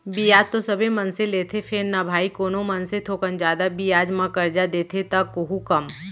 बियाज तो सबे मनसे लेथें फेर न भाई कोनो मनसे थोकन जादा बियाज म करजा देथे त कोहूँ कम